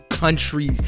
Country